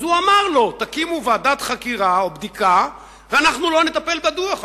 אז הוא אמר לו: תקימו ועדת חקירה או בדיקה ואנחנו לא נטפל בדוח הזה.